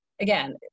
again